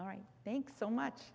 all right thanks so much